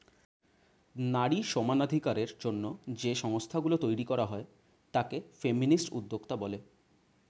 নারী সমানাধিকারের জন্য যে সংস্থা গুলো তৈরী করা হয় তাকে ফেমিনিস্ট উদ্যোক্তা বলে